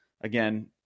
again